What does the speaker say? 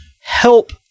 help